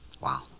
Wow